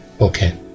okay